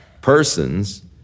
persons